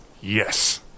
Yes